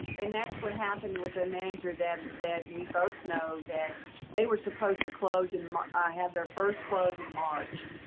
and that's what happened with a manager that that we both know, that they were supposed to close and ah have their first close in march.